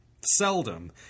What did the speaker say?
Seldom